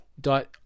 dot